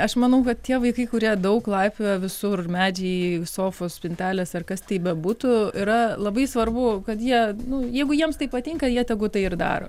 aš manau kad tie vaikai kurie daug laipioja visur medžiai sofos spintelės ar kas tai bebūtų yra labai svarbu kad jie nu jeigu jiems tai patinka jie tegu tai ir daro